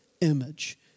image